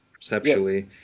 perceptually